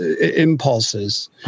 impulses